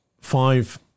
five